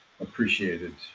appreciated